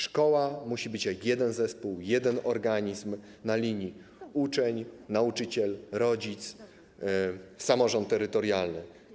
Szkoła musi być jak jeden zespół, jeden organizm na linii uczeń - nauczyciel - rodzic - samorząd terytorialny.